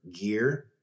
gear